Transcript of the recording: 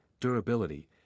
durability